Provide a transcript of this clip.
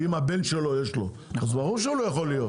אם הבן שלו, יש לו, אז ברור שהוא לא יכול להיות.